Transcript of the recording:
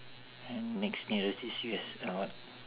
then next nearest is U_S !alamak!